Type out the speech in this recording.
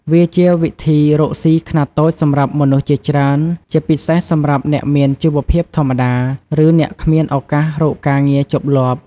វាជាវិធីរកស៊ីខ្នាតតូចសម្រាប់មនុស្សជាច្រើន ជាពិសេសសម្រាប់អ្នកមានជីវភាពធម្មតា ឬអ្នកគ្មានឱកាសរកការងារជាប់លាប់។